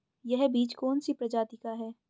यह बीज कौन सी प्रजाति का है?